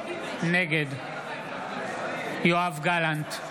נגד יואב גלנט,